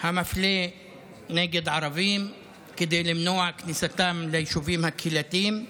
המפלה נגד ערבים כדי למנוע כניסתם ליישובים הקהילתיים.